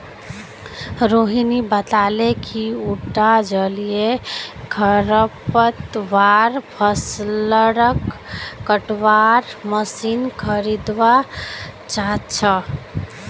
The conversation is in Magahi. रोहिणी बताले कि उटा जलीय खरपतवार फ़सलक कटवार मशीन खरीदवा चाह छ